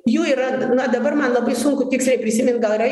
jų yra na dabar man labai sunku tiksliai prisimint gal yra